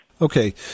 Okay